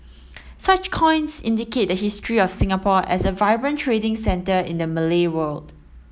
such coins indicate the history of Singapore as a vibrant trading centre in the Malay world